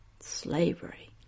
Slavery